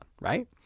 right